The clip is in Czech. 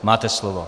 Máte slovo.